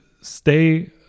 stay